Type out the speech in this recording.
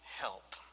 help